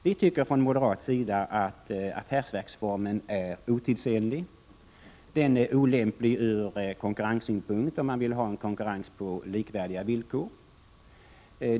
Vi anser från moderaternas sida att affärsverksformen är otidsenlig. Den är vidare olämplig om man vill ha en konkurrens på likvärdiga villkor.